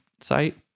site